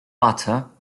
butter